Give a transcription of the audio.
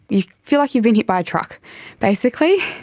you feel like you've been hit by a truck basically.